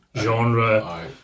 genre